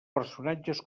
personatges